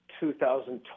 2020